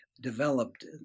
developed